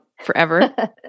forever